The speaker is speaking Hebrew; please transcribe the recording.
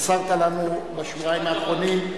חסרת לנו בשבועיים האחרונים,